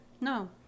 no